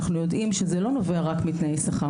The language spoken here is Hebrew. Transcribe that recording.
אנחנו יודעים שזה לא נובע רק מתנאי שכר.